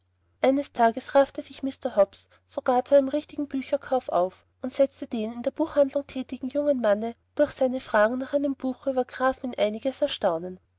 eines tages raffte sich mr hobbs sogar zu einem richtigen bücherkauf auf und setzte den in der buchhandlung thätigen jungen mann durch seine frage nach einem buche über grafen in einiges erstaunen